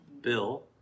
Bill